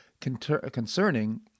concerning